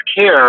care